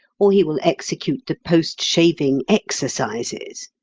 or he will execute the post-shaving exercises.